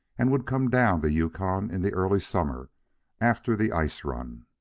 and would come down the yukon in the early summer after the ice-run.